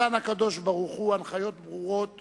נתן הקדוש-ברוך-הוא הנחיות ברורות